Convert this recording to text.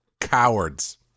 cowards